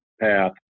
path